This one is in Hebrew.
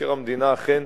שמבקר המדינה אכן